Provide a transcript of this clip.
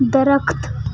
درخت